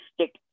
stick